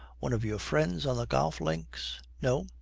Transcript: one of your friends on the golf links no.